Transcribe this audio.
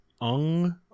ung